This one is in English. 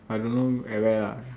I don't know at where lah